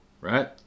right